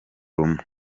rumwe